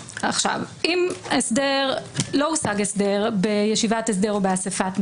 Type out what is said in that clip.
אם לא הושג הסדר בישיבת הסדר או באסיפת נושים.